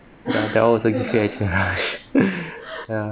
sometimes I'll also get you ya ya